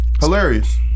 Hilarious